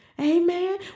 Amen